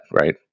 right